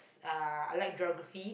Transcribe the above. uh I like Geography